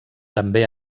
també